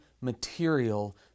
material